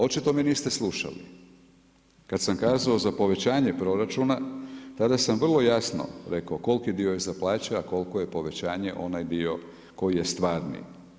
Očito me niste slušali kada sam kazao za povećanje proračuna, tada sam vrlo jasno rekao koliki dio je za plaće a koliko je povećanje onaj dio koji je stvarni.